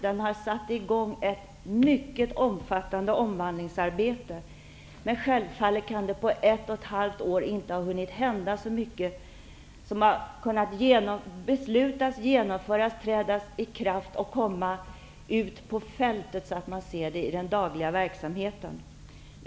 Den har satt i gång ett mycket omfattande omvandlingsarbete. Men självfallet kan det på ett och ett halvt år inte ha hunnit hända så mycket som kunnat beslutas, genomföras, träda i kraft och komma ut på fältet så att man ser det i den dagliga verksamheten.